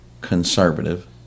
conservative